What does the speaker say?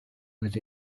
with